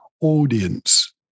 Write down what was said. audience